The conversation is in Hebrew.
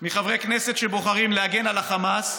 מחברי כנסת שבוחרים להגן על החמאס,